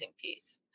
piece